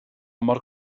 mor